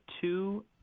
two